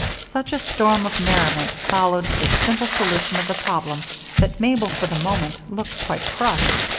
such a storm of merriment followed this simple solution of the problem that mabel for the moment looked quite crushed.